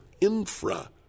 infra